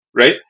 right